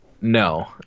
No